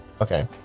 okay